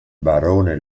barone